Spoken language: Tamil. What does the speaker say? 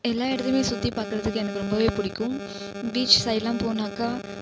எல்லா இடத்துக்குமே சுற்றிப் பார்க்குறதுக்கு எனக்கு ரொம்பவே பிடிக்கும் பீச் சைடுலாம் போனாக்கா